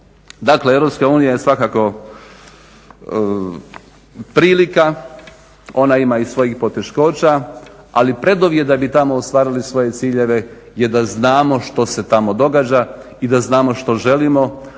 Dakle EU je svakako prilika, ona ima i svojih poteškoća ali preduvjet da bi tamo ostvarili svoje ciljeve je da znamo što se tamo događa i da znamo što želimo.